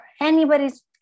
Anybody's